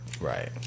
Right